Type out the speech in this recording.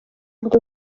ndi